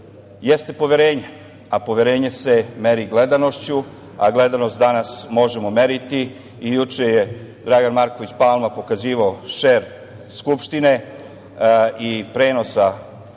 jeste poverenje, a poverenje se meri gledanošću, a gledanost danas možemo meriti i juče je Dragan Marković Palma pokazivao šer Skupštine i prenosa